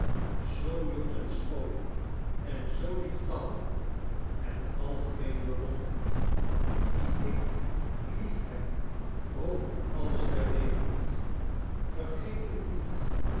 zoo jong en schoon en zoo liefballig en algemeen bewonderd die ik liefheb boven alles tear wereld vergeet het niet